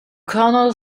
colonel